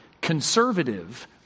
conservative